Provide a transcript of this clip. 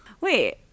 Wait